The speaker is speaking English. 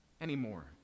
anymore